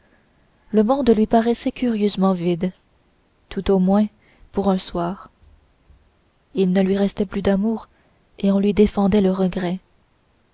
le monde lui paraissait curieusement vide tout au moins pour un soir il ne lui restait plus d'amour et on lui défendait le regret